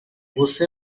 você